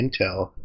intel